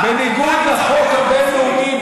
בניגוד לחוק הבין-לאומי,